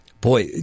Boy